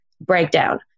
breakdown